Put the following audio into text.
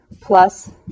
plus